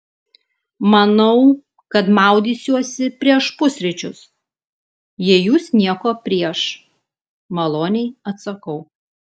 manau kad maudysiuosi prieš pusryčius jei jūs nieko prieš maloniai atsakau